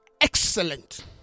excellent